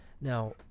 Now